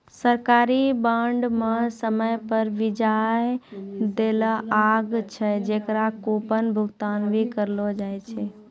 सरकारी बांड म समय पर बियाज दैल लागै छै, जेकरा कूपन भुगतान भी कहलो जाय छै